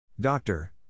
Doctor